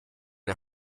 der